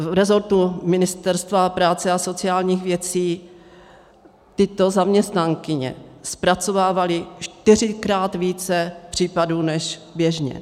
V resortu Ministerstva práce a sociálních věcí tyto zaměstnankyně zpracovávaly čtyřikrát více případů než běžně.